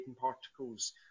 particles